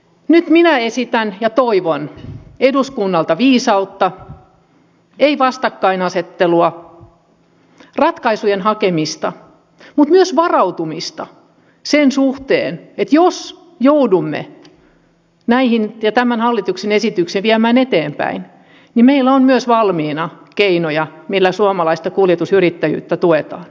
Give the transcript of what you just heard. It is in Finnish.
nyt minä esitän ja toivon eduskunnalta viisautta ei vastakkainasettelua vaan ratkaisujen hakemista mutta myös varautumista sen suhteen että jos joudumme näihin ja tämän hallituksen esityksen viemään eteenpäin niin meillä on myös valmiina keinoja millä suomalaista kuljetusyrittäjyyttä tuetaan